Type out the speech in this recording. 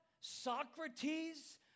Socrates